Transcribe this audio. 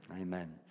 Amen